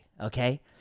Okay